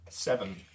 Seven